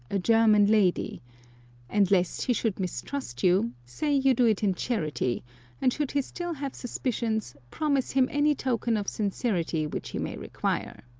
a german lady and lest he should mistrust you, say you do it in charity and should he still have suspicions, promise him any token of sincerity which he may require.